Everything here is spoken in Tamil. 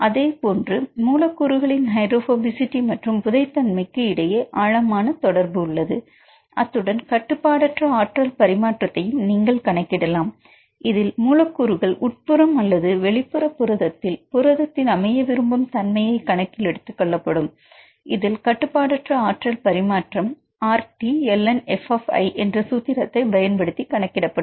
அதை போன்று மூல கூறுகளின் ஹைட்ரோபோபசிட்டி மற்றும் புதை தன்மைக்கும் இடையே ஆழமான தொடர்பு உள்ளது அத்துடன் கட்டுப்பாடற்ற ஆற்றல் பரிமாற்றத்தையும் நீங்கள் கணக்கிடலாம் இதில் மூலக்கூறுகள் உட்புறம் அல்லது வெளிப்புற புரதத்தில் புரதத்தில் அமைய விரும்பும் தன்மையை கணக்கில் எடுத்துக் கொள்ளப்படும் இதில் கட்டுப்பாடற்ற ஆற்றல் பரிமாற்றம் RT ln f என்ற சூத்திரத்தை பயன்படுத்தி கணக்கிடப்படும்